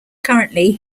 currently